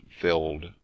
filled